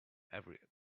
every